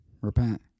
repent